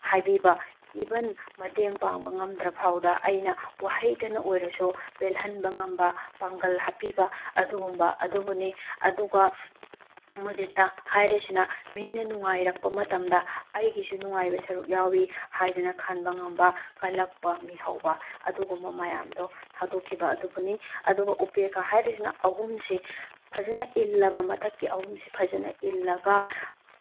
ꯍꯥꯏꯕꯤꯕ ꯏꯚꯟ ꯃꯇꯦꯡ ꯄꯥꯡꯕ ꯉꯝꯗ꯭ꯔꯐꯥꯎꯗ ꯑꯩꯅ ꯋꯥꯍꯩꯇꯅ ꯑꯣꯏꯔꯁꯨ ꯄꯦꯜꯍꯟꯕ ꯉꯝꯕ ꯄꯥꯡꯒꯜ ꯍꯥꯞꯄꯤꯕ ꯑꯗꯨꯒꯨꯝꯕ ꯑꯗꯨꯕꯨꯅꯤ ꯑꯗꯨꯒ ꯃꯨꯗꯤꯇꯥ ꯍꯥꯏꯔꯤꯗꯤꯅ ꯃꯤꯅ ꯅꯨꯡꯉꯥꯏꯔꯛꯄ ꯃꯇꯝꯗ ꯑꯩꯒꯤꯁꯨ ꯅꯨꯡꯉꯥꯏꯕ ꯁꯔꯨꯛ ꯌꯥꯎꯏ ꯍꯥꯏꯗꯅ ꯈꯟꯕ ꯉꯝꯕ ꯀꯂꯛꯄ ꯃꯤꯍꯧꯕ ꯑꯗꯨꯒꯨꯝꯕ ꯃꯌꯥꯝꯗꯣ ꯊꯥꯗꯣꯛꯈꯤꯕ ꯑꯗꯨꯕꯨꯅꯤ ꯑꯗꯨꯒ ꯎꯄꯦꯒꯥ ꯍꯥꯏꯔꯤꯁꯤꯅ ꯑꯍꯨꯝꯁꯤ ꯐꯖꯅ ꯏꯜꯂꯕ ꯃꯊꯛꯀꯤ ꯑꯍꯨꯝꯁꯦ ꯐꯖꯅ ꯏꯜꯂꯒ